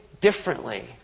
differently